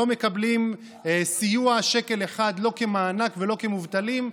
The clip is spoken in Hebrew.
לא מקבלים סיוע שקל אחד, לא כמענק ולא כמובטלים.